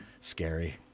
scary